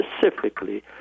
specifically